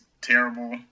terrible